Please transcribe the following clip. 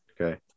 okay